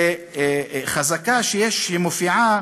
לחזקה שיש, שמופיעה